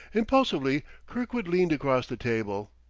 impulsively kirkwood leaned across the table.